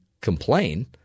complain